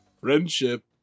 Friendship